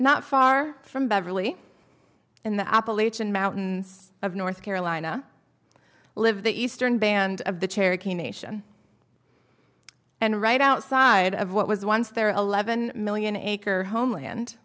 far from beverly in the appalachian mountains of north carolina live the eastern band of the cherokee nation and right outside of what was once their eleven million acre homeland